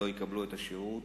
לא יקבלו את השירות.